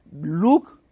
look